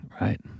right